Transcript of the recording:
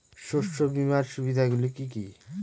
শস্য বিমার সুবিধাগুলি কি কি?